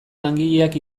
langileak